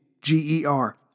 G-E-R